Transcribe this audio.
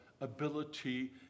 ability